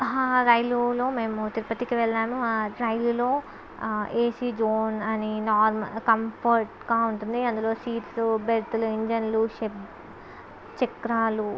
హా రైలులో మేము తిరుపతికి వెళ్ళాము ఆ రైలులో ఏసి జోన్ అని నార్మల్ కంఫర్ట్గా ఉంటుంది అందులో సీట్స్ బెర్తులు ఇంజన్లు షె చక్రాలు